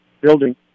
building